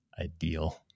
ideal